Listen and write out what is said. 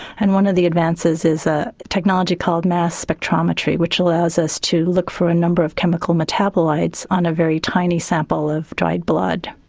and one of the advances is a technology called mass spectrometry, which allows us to look for a number of chemical metabaloids on a tiny sample of dried blood.